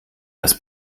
das